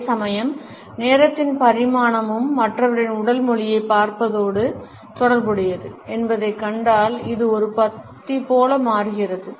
அதே சமயம் நேரத்தின் பரிமாணமும் மற்றவரின் உடல் மொழியைப் பார்ப்பதோடு தொடர்புடையது என்பதைக் கண்டால் அது ஒரு பத்தி போல மாறுகிறது